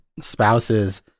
spouses